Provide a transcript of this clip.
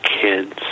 kids